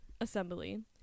assembly